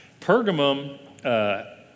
Pergamum